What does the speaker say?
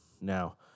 Now